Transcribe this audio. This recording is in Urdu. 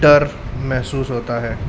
ڈر محسوس ہوتا ہے